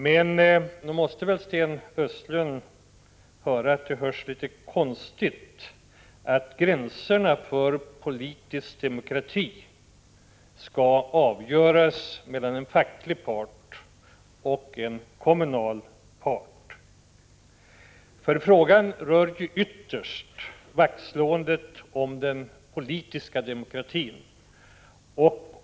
Men nog måste väl Sten Östlund höra att det låter litet konstigt att gränserna för den politiska demokratin skall avgöras mellan en facklig och en kommunal part. Frågan rör ju ytterst vaktslåendet om den politiska demokratin.